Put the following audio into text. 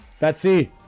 Betsy